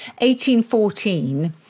1814